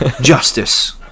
justice